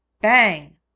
Bang